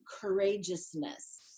courageousness